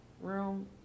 room